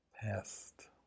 past